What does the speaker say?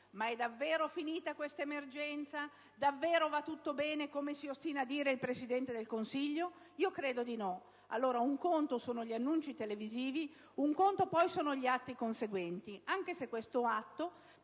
ma è davvero finita questa emergenza? Davvero va tutto bene, come si ostina a dire il Presidente del Consiglio? Io credo di no. Un conto sono allora gli annunci televisivi, un conto poi gli atti conseguenti, anche se questo atto,